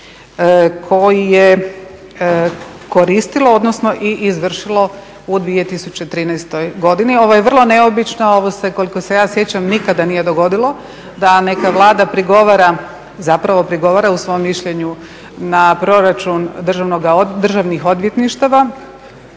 koji je koristilo odnosno i izvršilo u 2013. godini. Ovo je vrlo neobično, ovo se koliko se ja sjećam nikada nije dogodilo da neka Vlada prigovara, zapravo prigovara u svom mišljenju na proračun državnih odvjetništava.